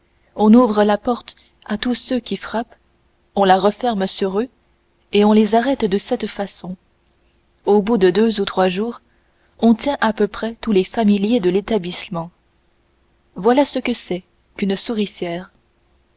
on ouvre la porte à tous ceux qui frappent on la referme sur eux et on les arrête de cette façon au bout de deux ou trois jours on tient à peu près tous les familiers de l'établissement voilà ce que c'est qu'une souricière